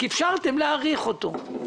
רק אפשרתם להאריך אותו.